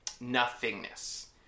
Nothingness